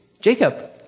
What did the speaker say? Jacob